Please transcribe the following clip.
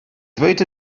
ddweud